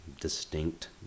distinct